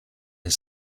his